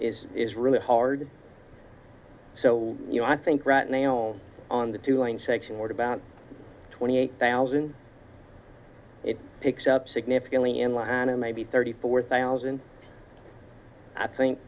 is is really hard so you know i think rat nails on the tooling section or about twenty eight thousand it picks up significantly in line and maybe thirty four thousand i think